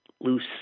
loose